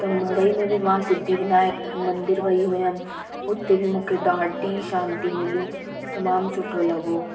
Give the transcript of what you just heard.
त मुंबई में बि मां सिद्धिविनायक मंदरु वई हुअमि हुते बि मूंखे ॾाढी शांती मिली तमामु सुठो लॻो